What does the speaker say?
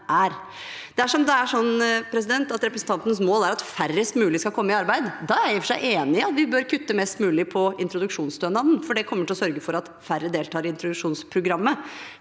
er. Dersom representantens mål er at færrest mulig skal komme i arbeid, er jeg i og for seg enig i at vi bør kutte mest mulig i introduksjonsstønaden, for det kommer til å sørge for at færre deltar i introduksjonsprogrammet.